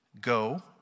go